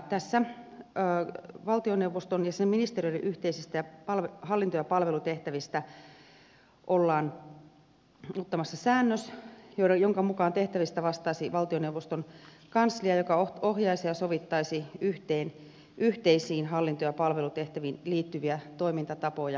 tässä valtioneuvoston ja sen ministeriöiden yhteisistä hallinto ja palvelutehtävistä ollaan antamassa säännös jonka mukaan tehtävistä vastaisi valtioneuvoston kanslia joka ohjaisi ja sovittaisi yhteen yhteisiin hallinto ja palvelutehtäviin liittyviä toimintatapoja